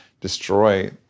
destroy